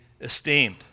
esteemed